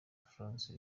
france